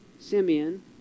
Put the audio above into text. Simeon